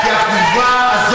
גם ציפי חוטובולי,